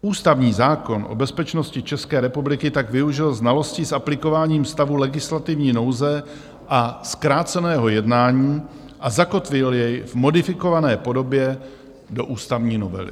Ústavní zákon o bezpečnosti České republiky tak využil znalostí s aplikováním stavu legislativní nouze a zkráceného jednání a zakotvil jej v modifikované podobě do ústavní novely.